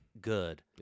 good